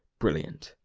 brilliant!